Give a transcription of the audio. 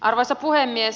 arvoisa puhemies